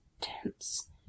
Tense